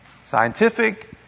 scientific